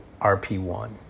RP1